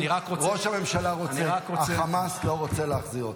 ראש הממשלה רוצה, החמאס לא רוצה להחזיר אותם.